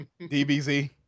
DBZ